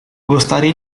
gostaria